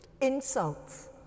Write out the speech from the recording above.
Insults